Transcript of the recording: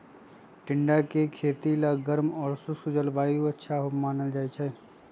टिंडा के खेती ला गर्म और सूखल जलवायु अच्छा मानल जाहई